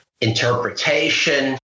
interpretation